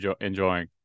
enjoying